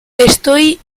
estoy